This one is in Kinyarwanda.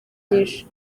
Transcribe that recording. byinshi